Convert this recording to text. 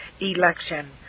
election